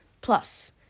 Plus